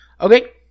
Okay